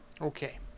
okay